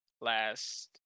last